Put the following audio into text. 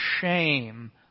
shame